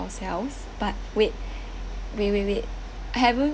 ourselves but wait wait wait wait I haven't